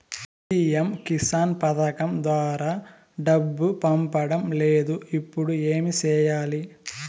CM Kisan పథకం ద్వారా డబ్బు పడడం లేదు ఇప్పుడు ఏమి సేయాలి